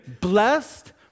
blessed